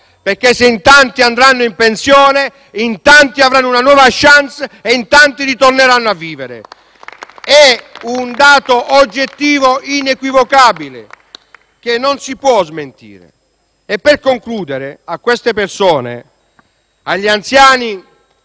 perché se in tanti andranno in pensione, in tanti avranno una nuova *chance* e in tanti ritorneranno a vivere. È un dato oggettivo inequivocabile che non si può smentire. *(Applausi dal Gruppo L-SP-PSd'Az)*. Per concludere, a queste persone, agli anziani